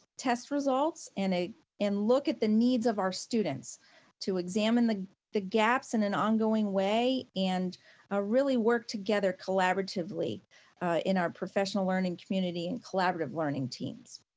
test results and and look at the needs of our students to examine the the gaps in an ongoing way and ah really work together collaboratively in our professional learning community and collaborative learning teams.